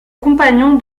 compagnon